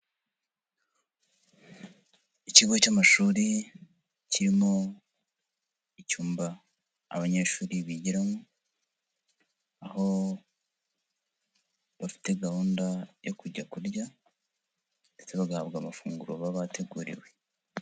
Ikigo cy'amashuri, kirimo icyumba abanyeshuri bigiramo, aho bafite gahunda yo kujya kurya ndetse bagahabwa amafunguro baba bateguriwe.